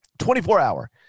24-hour